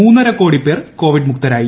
മൂന്നര കോടി പേർ കോവിഡ് മുക്തരായി